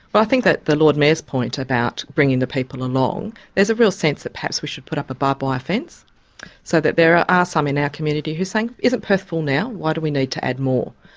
but i think that the lord mayor's point about bringing the people along there's a real sense that perhaps we should put up a barb wire fence so that there are ah some in our community who are saying, isn't perth full now? why do we need to add more?